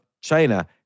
China